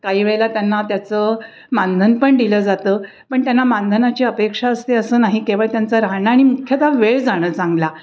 काही वेळेला त्यांना त्याचं मानधन पण दिलं जातं पण त्यांना मानधनाची अपेक्षा असते असं नाही केवळ त्यांचं राहणं आणि मुख्यतः वेळ जाणं चांगला